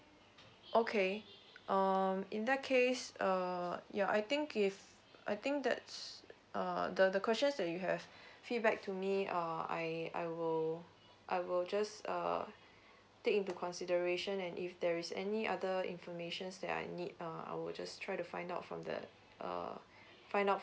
okay um in that case err ya I think if I think that's a the the questions that you have feedback to me uh I I will I will just uh take into consideration and if there is any other information that I need uh I will just try to find out from the uh find out